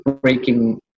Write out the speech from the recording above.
breaking